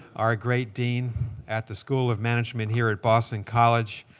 our great dean at the school of management here at boston college.